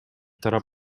тарап